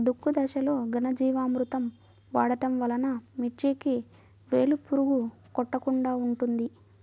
దుక్కి దశలో ఘనజీవామృతం వాడటం వలన మిర్చికి వేలు పురుగు కొట్టకుండా ఉంటుంది?